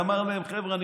אמר להם: חבר'ה,